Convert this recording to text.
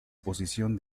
posición